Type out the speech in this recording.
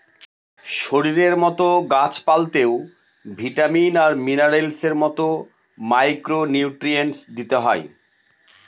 শরীরের মতো গাছ পালতেও ভিটামিন আর মিনারেলস এর মতো মাইক্র নিউট্রিয়েন্টস দিতে হয়